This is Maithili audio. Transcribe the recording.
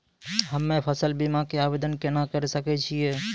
हम्मे फसल बीमा के आवदेन केना करे सकय छियै?